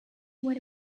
when